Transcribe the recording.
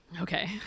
Okay